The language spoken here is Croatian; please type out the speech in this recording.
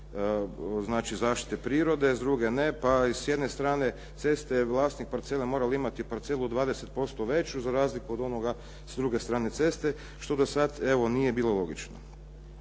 Zakon zaštite prirode, s druge ne, pa s jedne strane ceste je vlasnik parcele morao imati parcelu 20% veću za razliku od onoga s druge strane ceste, što do sad, evo nije bilo logično.